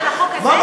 על מה?